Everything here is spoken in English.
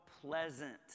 pleasant